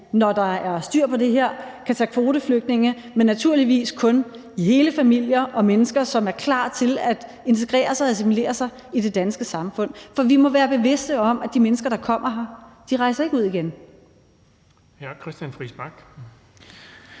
når der er styr på det her, kan tage kvoteflygtninge, men naturligvis kun hele familier og mennesker, som er klar til at integrere sig og assimilere sig i det danske samfund. For vi må være bevidste om, at de mennesker, der kommer her, ikke rejser ud igen. Kl. 19:45 Den fg.